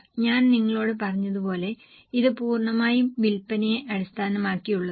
ഞാൻ നിങ്ങളോട് പറഞ്ഞതുപോലെ ഇത് പൂർണ്ണമായും വിൽപ്പനയെ അടിസ്ഥാനമാക്കിയുള്ളതാണ്